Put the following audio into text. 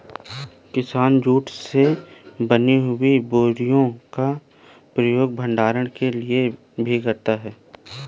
किसान जूट से बनी हुई बोरियों का प्रयोग भंडारण के लिए भी करता है